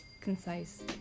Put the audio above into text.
concise